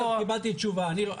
הספקתי עד הצהוב והאדום קצת,